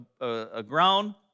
aground